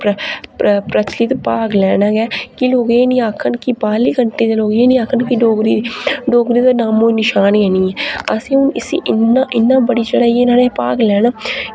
प्र प्र प्रचलित भाग लैना गै कि लोग एह् निं आखन कि बाह्रली कंट्री दे लोक एह् नेईं आखन के डोगरी डोगरी दा नामो निशान गै नीं असें असें हून इस्सी इन्ना इन्ना बढ़ी चढ़ियै नोह्ड़े च भाग लैना कि